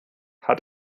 hat